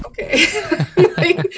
okay